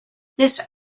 this